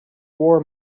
war